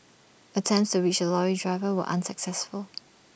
attempts to reach the lorry driver were unsuccessful